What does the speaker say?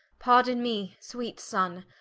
pardon me sweet sonne,